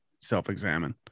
self-examine